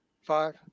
five